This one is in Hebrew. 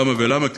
כמה ולמה,